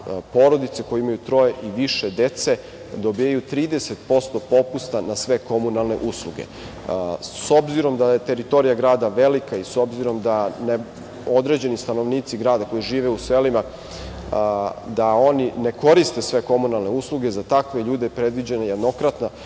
porodice koje imaju troje i više dece dobijaju 30% popusta na sve komunalne usluge. S obzirom da je teritorija grada velika i s obzirom da određeni stanovnici grada koji žive u selima ne koriste sve komunalne usluge, za takve ljude predviđena je jednokratna